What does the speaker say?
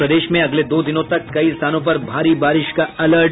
और प्रदेश में अगले दो दिनों तक कई स्थानों पर भारी बारिश का अलर्ट